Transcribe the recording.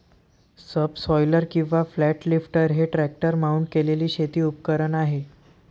subsoiler किंवा flat lifter हे tractor mount केलेले शेती उपकरण आहे